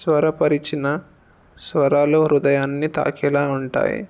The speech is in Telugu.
స్వరపరిచిన స్వరాలు హృదయాన్ని తాకేలా ఉంటాయి